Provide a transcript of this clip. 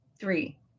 Three